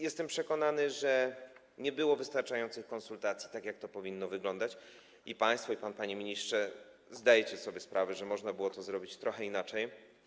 Jestem przekonany, że nie było wystarczających konsultacji, tak jak to powinno wyglądać, i państwo, i pan, panie ministrze, zdajecie sobie sprawę, że można było to zrobić trochę inaczej.